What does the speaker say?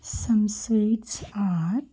some sweets are